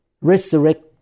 resurrect